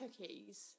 cookies